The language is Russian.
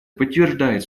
подтверждает